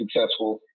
successful